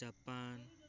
Japan